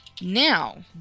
Now